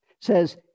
says